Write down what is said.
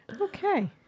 okay